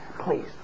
Please